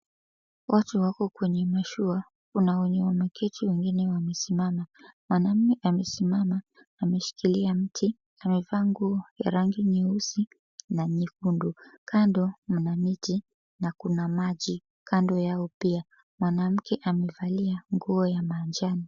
Watu wako kwenye mashua, kuna wenye wameketi wengine wamesimama. Mwanamume amesimama ameshikilia mti, amevaa nguo ya rangi nyeusi na nyekundu, kando mna miti na kuna maji kando yao pia. Mwanamke amevalia nguo ya manjano.